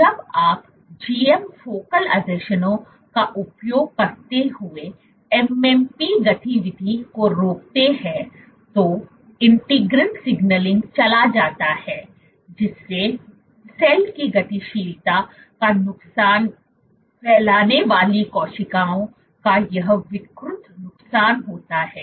जब आप GM focal आसंजनों का उपयोग करते हुए MMP गतिविधि को रोकते हैं तो इंटीगिन सिग्नलिंग चला जाता है जिससे सेल की गतिशीलता का नुकसान फैलाने वाली कोशिकाओं का यह विकृत नुकसान होता है